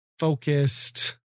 focused